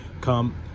come